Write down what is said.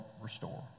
restore